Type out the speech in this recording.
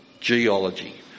geology